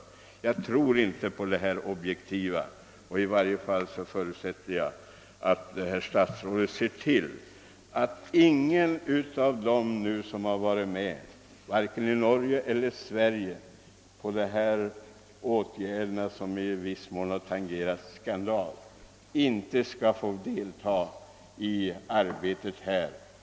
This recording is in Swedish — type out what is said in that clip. Jag tror inte på objektiviteten hos ett nordiskt institut för odontologisk forskning. I varje fall förutsätter jag att statsrådet ser till att ingen av dem — vare sig i Norge eller i Sverige — som nu varit med om de åtgärder, som i viss mån tangerat skandal, skall få delta i detta arbete.